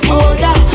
older